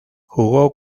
jugó